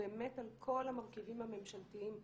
באמת על כל המרכיבים הממשלתיים ששותפים.